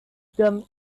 them